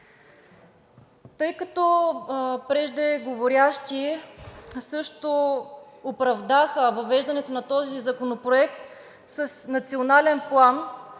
Тъй като преждеговорившите също оправдаха въвеждането на този законопроект с Национален план